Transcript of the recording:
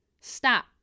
Stop